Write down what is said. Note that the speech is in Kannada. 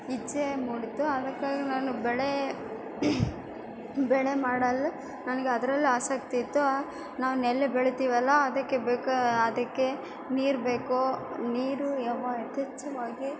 ಇಚ್ಚೆ ಮೂಡಿತ್ತು ಅದಕ್ಕಾಗಿ ನಾನು ಬೆಳೆ ಬೆಳೆ ಮಾಡಲು ನನಗೆ ಅದ್ರಲ್ಲಿ ಆಸಕ್ತಿ ಇತ್ತು ಆ ನಾವು ನೆಲ್ಲು ಬೆಳೆತಿವಲಾ ಅದಕ್ಕೆ ಬೇಕು ಅದಕ್ಕೆ ನೀರು ಬೇಕು ನೀರು ಯವ್ವ ಯಥೇಚ್ಚವಾಗಿ